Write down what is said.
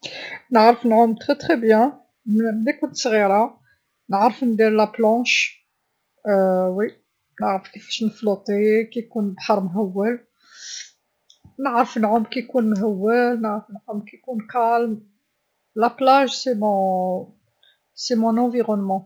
نعرف نعوم بزاف بزاف مليح، ملي كنت صغيرا، نعرف ندير الغطس نعرف كيفاش نطفو كيكون البحر مهول، نعرف نعوم كيكون مهول، نعرف نعوم كيكون هادئ، البحر هو بيئتي.